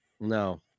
No